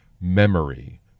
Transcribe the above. memory